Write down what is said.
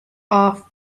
off